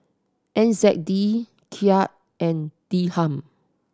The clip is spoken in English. N Z D Kyat and Dirham